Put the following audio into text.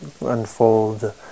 unfold